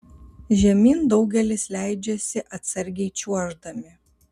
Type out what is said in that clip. žemyn daugelis leidžiasi atsargiai čiuoždami